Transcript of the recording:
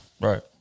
Right